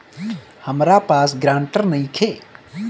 हमरा पास ग्रांटर नइखे?